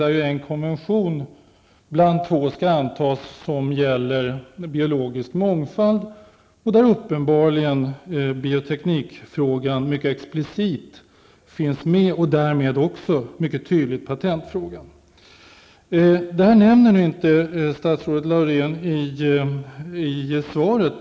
Då skall en konvention antas om biologisk mångfald. Uppenbarligen finns bioteknikfrågan högst explicit med, och därmed också mycket tydligt patentfrågan. Det nämner statsrådet Laurén inte i svaret.